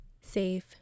safe